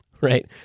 right